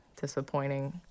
disappointing